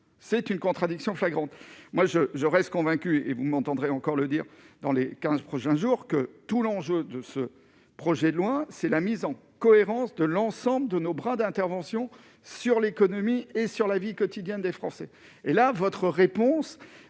c'est une contradiction flagrante, moi je, je reste convaincu et vous m'entendrez encore le dire dans les 15 prochains jours que tout l'enjeu de ce projet de loi, c'est la mise en cohérence de l'ensemble de nos bras d'intervention sur l'économie et sur la vie quotidienne des Français, et là, votre réponse